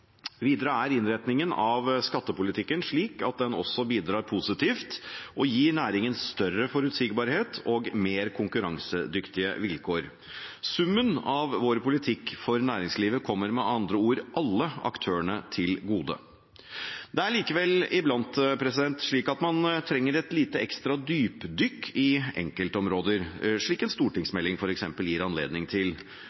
Videre er innretningen av skattepolitikken slik at den også bidrar positivt og gir næringen større forutsigbarhet og mer konkurransedyktige vilkår. Summen av vår politikk for næringslivet kommer med andre ord alle aktørene til gode. Det er likevel iblant slik at man trenger et litt ekstra dypdykk i enkeltområder, slik f.eks. en